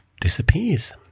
disappears